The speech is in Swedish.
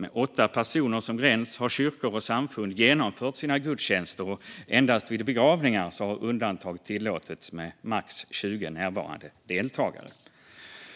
Med åtta personer som gräns har kyrkor och samfund genomfört sina gudstjänster, och endast vid begravningar har undantag tillåtits med max tjugo närvarande deltagare.